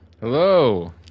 Hello